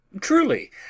Truly